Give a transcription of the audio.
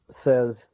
says